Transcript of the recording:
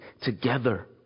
together